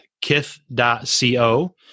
Kith.co